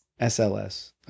SLS